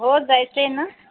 हो जायचं आहे ना